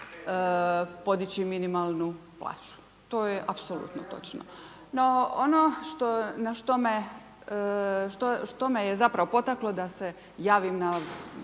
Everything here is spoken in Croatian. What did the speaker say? podići minimalnu plaću, to je apsolutno točno. No ono što, na što me što me je zapravo potaklo da se javim na,